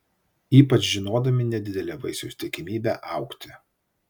ypač žinodami nedidelę vaisiaus tikimybę augti